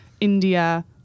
India